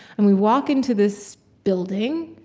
and we walk into this building,